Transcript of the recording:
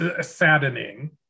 saddening